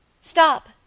Stop